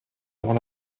avant